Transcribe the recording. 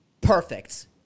Perfect